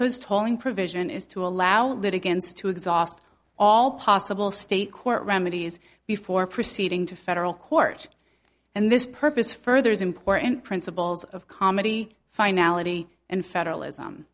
tolling provision is to allow litigants to exhaust all possible state court remedies before proceeding to federal court and this purpose further is important principles of comedy finality and federalis